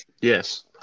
Yes